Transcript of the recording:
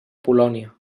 polònia